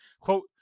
quote